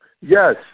Yes